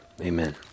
Amen